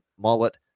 Mullet